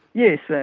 yes, so